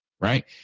right